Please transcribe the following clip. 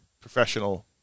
professional